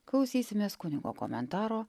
klausysimės kunigo komentaro